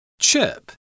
Chip